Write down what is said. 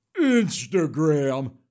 Instagram